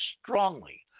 strongly